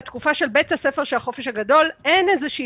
בתקופה של בית הספר של החופש הגדול אין איזושהי